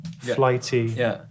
flighty